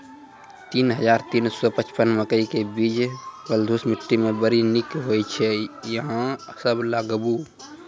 तीन हज़ार तीन सौ पचपन मकई के बीज बलधुस मिट्टी मे बड़ी निक होई छै अहाँ सब लगाबु?